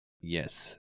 Yes